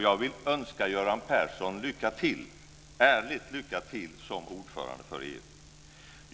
Jag vill önska Göran Persson lycka till, ärligt lycka till, som ordförande för EU.